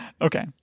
Okay